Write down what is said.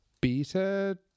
beta